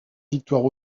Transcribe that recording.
victoire